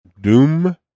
Doom